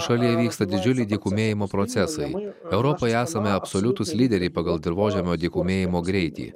šalyje vyksta didžiuliai dykumėjimo procesai europoje esame absoliutūs lyderiai pagal dirvožemio dykumėjimo greitį